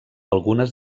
algunes